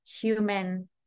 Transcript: human